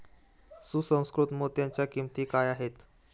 सुसंस्कृत मोत्यांच्या किंमती काय आहेत